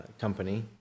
company